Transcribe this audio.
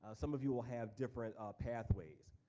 ah some of you will have different pathways,